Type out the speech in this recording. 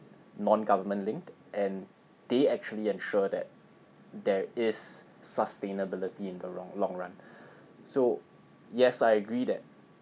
non-government-linked and they actually ensure that there is sustainability in the wrong long run so yes I agree that